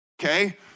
Okay